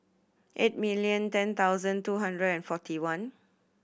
eight million ten thousand two hundred and forty one